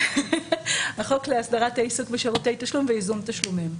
חוק הסדרת העיסוק בשירותי תשלום וייזום תשלום,